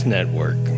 Network